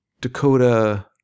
Dakota